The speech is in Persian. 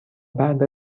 بعد